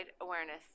awareness